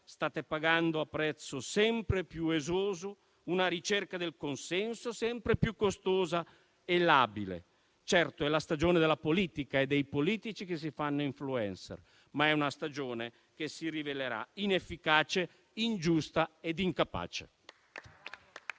state pagando a prezzo sempre più esoso una ricerca del consenso sempre più costosa e labile. Certo, è la stagione della politica e dei politici che si fanno *influencer*, ma è una stagione che si rivelerà inefficace, ingiusta e incapace.